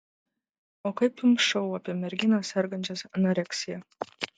o kaip jums šou apie merginas sergančias anoreksija